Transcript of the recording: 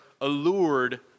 allured